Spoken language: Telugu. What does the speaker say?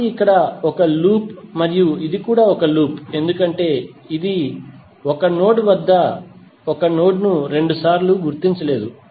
కాబట్టి ఇక్కడ ఇది ఒక లూప్ మరియు ఇది కూడా ఒక లూప్ ఎందుకంటే ఇది 1 నోడ్ వద్ద 1 నోడ్ ను 2 సార్లు గుర్తించలేదు